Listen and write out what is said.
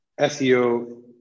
SEO